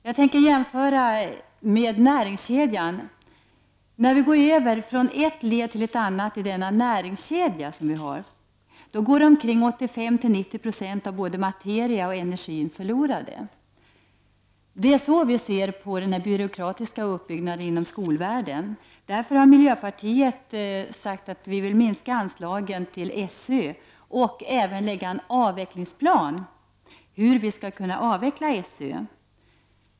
Jag skall jämföra med näringskedjan: När vi går över från ett led till ett annat i näringskedjan, går 85-90 96 av både materian och energin förlorade. Det är så vi i miljöpartiet ser på den byråkratiska uppbyggnaden inom skolvärlden, och därför har vi sagt att vi vill minska anslagen till SÖ och även lägga fram en plan för hur SÖ skall kunna avvecklas.